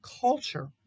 culture